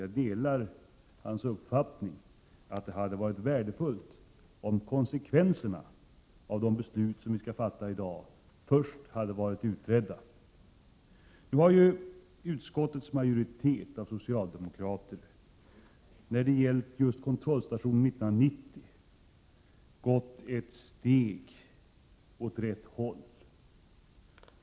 Jag delar hans uppfattning att det hade varit värdefullt om konsekvenserna av de beslut som vi i dag skall fatta först hade varit utredda. Nu har ju utskottets majoritet av socialdemokrater gått ett steg åt rätt håll när det gäller kontrollstationen 1990.